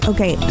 Okay